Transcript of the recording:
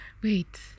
Wait